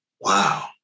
wow